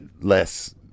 less